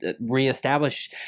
reestablish